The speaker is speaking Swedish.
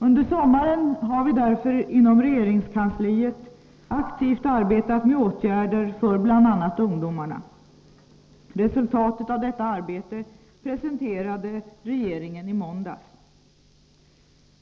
Under sommaren har vi därför inom regeringskansliet aktivt arbetat med åtgärder för bl.a. ungdomarna. Resultatet av detta arbete presenterade regeringen i måndags.